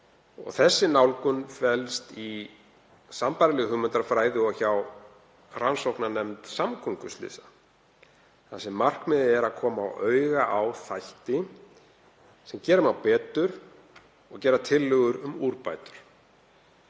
Sú nálgun felst í sambærilegri hugmyndafræði og hjá rannsóknarnefnd samgönguslysa þar sem markmiðið er að koma auga á þætti sem gera má betur og gera tillögur um úrbætur.